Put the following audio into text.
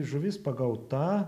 žuvis pagauta